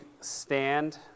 stand